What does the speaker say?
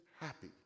happy